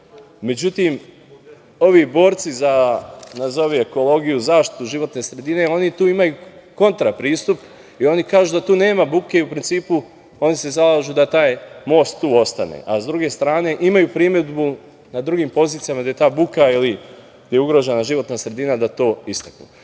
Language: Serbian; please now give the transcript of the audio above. ogromna.Međutim, ovi borci za nazovi ekologiju i zaštitu životne sredine, oni tu imaju kontra pristup i oni kažu da tu nema buke i u principu se zalažu za to da taj most tu ostane. Ali, sa druge strane, imaju primedbu na drugim pozicijama gde je ta buka ili gde je ugrožena životna sredina, da to istaknu. Gospodo